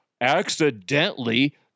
accidentally